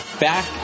back